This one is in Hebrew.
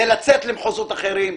זה לצאת למחוזות אחרים.